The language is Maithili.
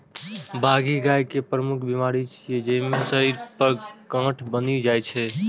बाघी गाय के प्रमुख बीमारी छियै, जइमे शरीर पर गांठ बनि जाइ छै